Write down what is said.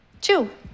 Two